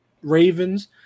Ravens